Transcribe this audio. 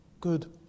good